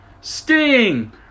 Sting